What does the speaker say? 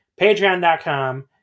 Patreon.com